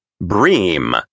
Bream